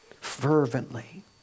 Fervently